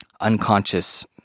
unconscious